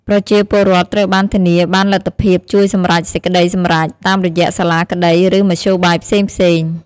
ប្រជាពលរដ្ឋត្រូវបានធានាបានលទ្ធភាពជួយសម្រេចសេចក្ដីសម្រេច តាមរយៈសាលាក្តីឬមធ្យោបាយផ្សេងៗ។